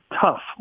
tough